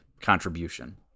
contribution